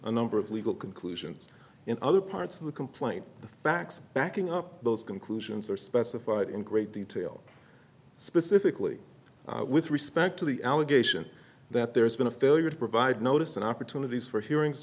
a number of legal conclusions in other parts of the complaint the facts backing up those conclusions are specified in great detail specifically with respect to the allegation that there has been a failure to provide notice and opportunities for hearings